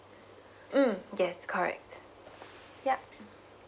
mm yes correct ya